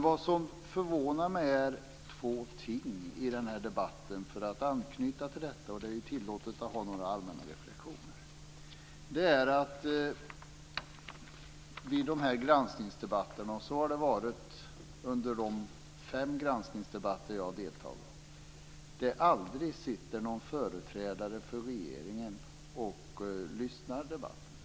Vad som förvånar mig är två ting i den här debatten, för att ankyta till detta. Det är ju tillåtet att ha några allmänna reflexioner. Vid granskningsdebatterna har det under de fem granskningsdebatter som jag har deltagit i aldrig suttit någon företrädare för regeringen och lyssnat på debatten.